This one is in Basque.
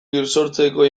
birsortzeko